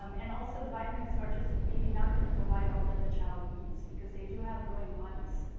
um and also the vitamins are just maybe not going to provide all that the child needs because they do have growing bodies.